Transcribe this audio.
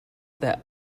that